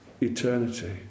eternity